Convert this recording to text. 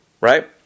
right